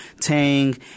Tang